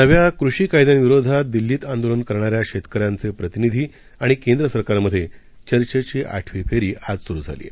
नव्या कृषी कायद्यां विरोधात दिल्लीत आंदोलन करणाऱ्या शेतकऱ्यांचे प्रतिनिधी आणि केंद्र सरकारमधे चर्चेची आठवी फेरी आज सुरू झाली आहे